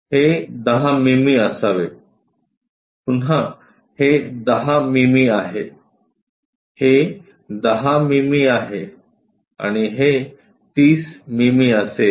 हे 10 मिमी असावे पुन्हा हे 10 मिमी आहे हे 10 मिमी आहे आणि हे 30 मिमी असेल